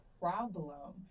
problem